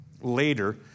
Later